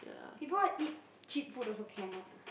people wanna eat cheap food also cannot ah